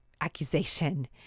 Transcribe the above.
accusation